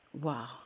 Wow